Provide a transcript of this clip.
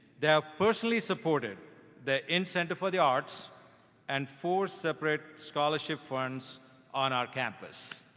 they have personally supported the ent center for the arts and four separate scholarship funds on our campus.